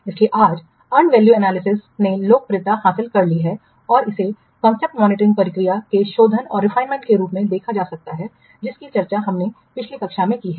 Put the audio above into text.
इसलिए आजकल earned value analysis ने लोकप्रियता हासिल कर ली है और इसे कॉस्ट मॉनिटरिंग प्रक्रिया के शोधन के रूप में देखा जा सकता है जिसकी चर्चा हमने पिछली कक्षा में की है